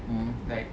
mm